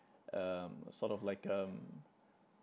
um sort of like um